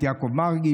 יעקב מרגי,